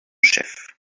chefs